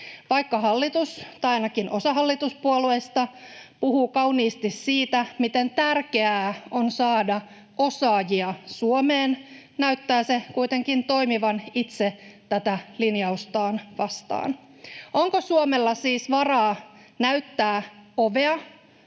Vaikka hallitus, tai ainakin osa hallituspuolueista, puhuu kauniisti siitä, miten tärkeää on saada osaajia Suomeen, näyttää se kuitenkin toimivan itse tätä linjaustaan vastaan. Onko Suomella siis varaa näyttää ovea